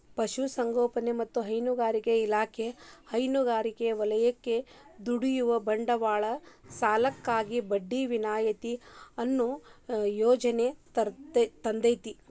ಪಶುಸಂಗೋಪನೆ ಮತ್ತ ಹೈನುಗಾರಿಕಾ ಇಲಾಖೆ ಹೈನುಗಾರಿಕೆ ವಲಯಕ್ಕ ದುಡಿಯುವ ಬಂಡವಾಳ ಸಾಲಕ್ಕಾಗಿ ಬಡ್ಡಿ ವಿನಾಯಿತಿ ಅನ್ನೋ ಯೋಜನೆ ತಂದೇತಿ